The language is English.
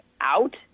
out